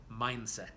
mindset